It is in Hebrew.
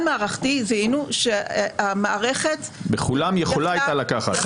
מערכתי זיהינו שהמערכת -- בכולם יכולה הייתה לקחת.